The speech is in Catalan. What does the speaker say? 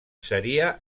seria